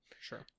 sure